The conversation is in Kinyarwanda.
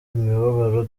imibabaro